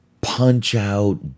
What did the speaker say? Punch-Out